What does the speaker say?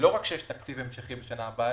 שלא רק שיש תקציב המשכי בשנה הבאה,